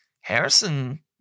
Harrison